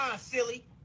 silly